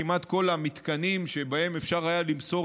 כמעט כל המתקנים שבהם אפשר היה למסור